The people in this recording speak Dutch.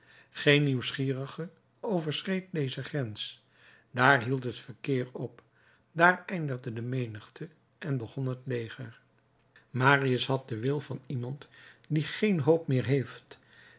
geen nieuwsgierige overschreed deze grens daar hield het verkeer op daar eindigde de menigte en begon het leger marius had den wil van iemand die geen hoop meer heeft